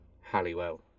Halliwell